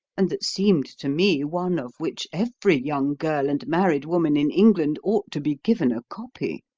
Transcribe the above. and that seemed to me one of which every young girl and married woman in england ought to be given a copy.